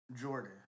Jordan